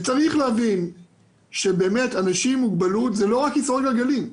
צריך להבין שאנשים עם מוגבלות זה לא רק כיסאות גלגלים,